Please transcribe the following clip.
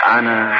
Anna